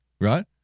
right